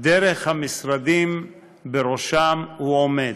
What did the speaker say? דרך המשרדים שבראשם הוא עומד.